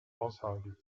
aushalten